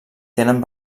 tenen